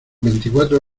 veinticuatro